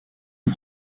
une